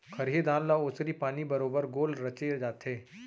खरही धान ल ओसरी पानी बरोबर गोल रचे जाथे